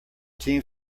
team